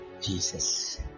jesus